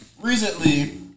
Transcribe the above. recently